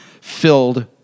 filled